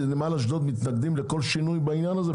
נמל אשדוד מתנגדים לכל שינוי בעניין הזה?